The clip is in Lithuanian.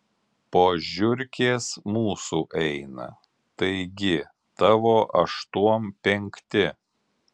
po žiurkės mūsų eina taigi tavo aštuom penkti